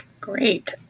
Great